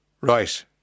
Right